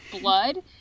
blood